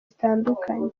zitandukanye